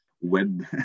web